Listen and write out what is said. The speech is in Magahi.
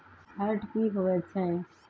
फैट की होवछै?